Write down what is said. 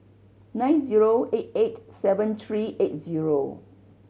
nine zero eight eight seven three eight zero